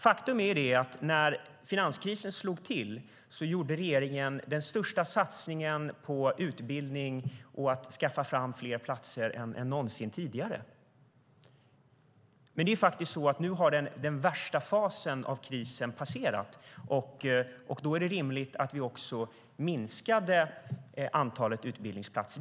Faktum är att regeringen när finanskrisen slog till gjorde den största satsningen på utbildning och på att skaffa fram fler platser än någonsin tidigare. Den värsta fasen av krisen har dock passerat, och då är det rimligt att vi också minskar antalet utbildningsplatser.